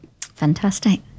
Fantastic